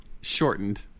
shortened